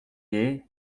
est